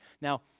Now